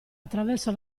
attraverso